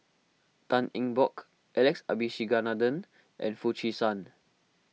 Tan Eng Bock Alex Abisheganaden and Foo Chee San